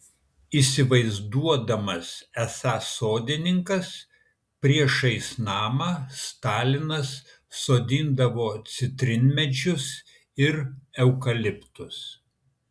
įsivaizduodamas esąs sodininkas priešais namą stalinas sodindavo citrinmedžius ir eukaliptus